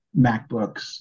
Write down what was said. MacBooks